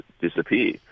disappear